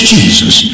Jesus